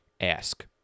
Ask